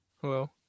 Hello